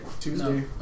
Tuesday